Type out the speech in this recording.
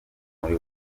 muri